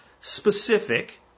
specific